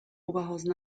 oberhausen